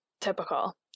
typical